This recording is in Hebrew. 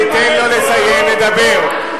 תן לו לסיים לדבר.